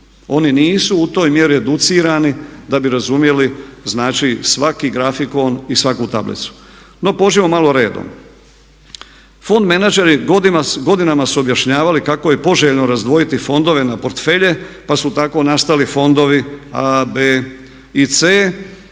Oni nisu u toj mjeri educirani da bi razumjeli znači svaki grafikon i svaku tablicu. No pođimo malo redom. Fond menadžeri godinama su objašnjavali kako je poželjno razdvojiti fondove na portfelje pa su tako nastali fondovi A, B i C